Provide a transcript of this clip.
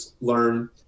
learn